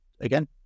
again